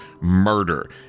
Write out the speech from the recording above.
murder